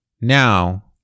now